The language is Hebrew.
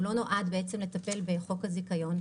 הוא לא נועד לטפל בחוק הזיכיון,